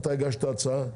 אתה הגשת הצעה?